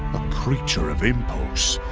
creature of impulse,